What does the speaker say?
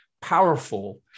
powerful